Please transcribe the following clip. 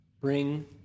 bring